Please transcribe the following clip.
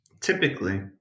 typically